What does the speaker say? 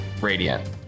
radiant